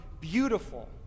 beautiful